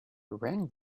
rang